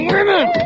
Women